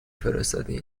فرستادی